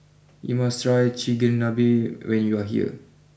you must try Chigenabe when you are here